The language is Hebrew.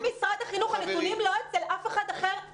את משרד החינוך, הנתונים הם לא אצל אף אחד אחר.